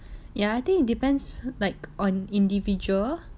ya I think it depends like on individual